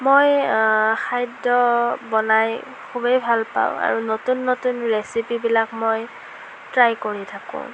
মই খাদ্য বনাই খুবেই ভাল পাওঁ আৰু নতুন নতুন ৰেচিপিবিলাক মই ট্ৰাই কৰি থাকোঁ